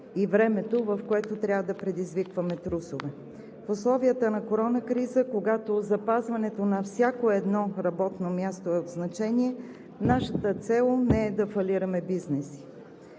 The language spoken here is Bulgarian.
и времето, в което трябва да предизвикваме трусове. В условията на корона криза, когато запазването на всяко едно място е от значение, нашата цел не е да фалираме бизнеси.